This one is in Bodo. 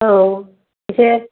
औ एसे